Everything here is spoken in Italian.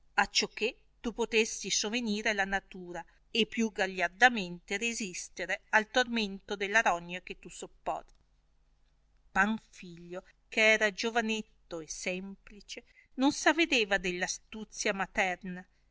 vivanda acciò che tu potesti sovenire alla natura e più gagliardamente resistere al tormento della rogna che tu sopporti panfilio che era giovanetto e semplice non s avedeva dell astuzia materna